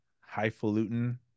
highfalutin